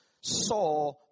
saw